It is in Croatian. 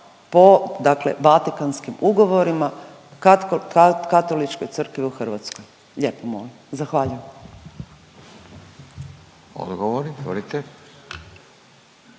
po dakle Vatikanskim ugovorima Katoličkoj crkvi u Hrvatskoj? Lijepo molim, zahvaljujem. **Radin, Furio